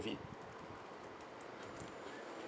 COVID